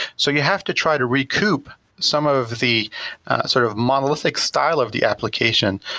so you have to try to recoup some of the sort of monolithic style of the application,